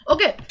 Okay